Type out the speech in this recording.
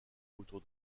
autour